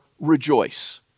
rejoice